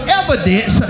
evidence